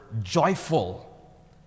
joyful